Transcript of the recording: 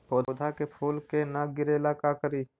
पौधा के फुल के न गिरे ला का करि?